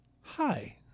hi